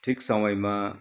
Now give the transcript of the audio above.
ठिक समयमा